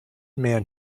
man